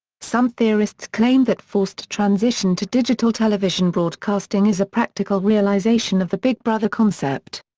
some theorists claim that forced transition to digital television broadcasting is a practical realization of the big brother concept.